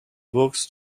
books